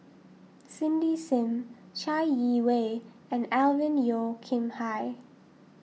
Cindy Sim Chai Yee Wei and Alvin Yeo Khirn Hai